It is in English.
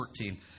14